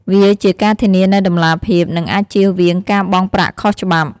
វាជាការធានានូវតម្លាភាព និងអាចជៀសវាងការបង់ប្រាក់ខុសច្បាប់។